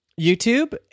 YouTube